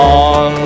on